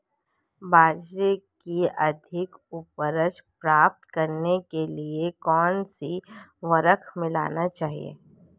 बाजरे की अधिक उपज प्राप्त करने के लिए कौनसा उर्वरक मिलाना चाहिए?